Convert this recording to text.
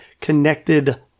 connected